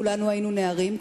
כולנו היינו נערים,